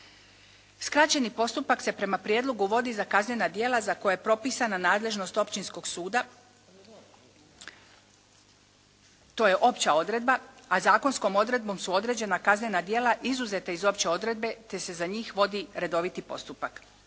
Skraćeni postupak se prema prijedlogu vodi za kaznena djela za koja je propisana nadležnost Općinskog suda. To je opća odredba. A zakonskom odredbom su određena kaznena djela izuzete iz opće odredbe te se za njih vodi redoviti postupak.